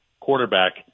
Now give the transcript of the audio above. quarterback